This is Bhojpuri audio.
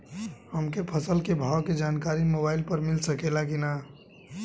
हमके फसल के भाव के जानकारी मोबाइल पर मिल सकेला की ना?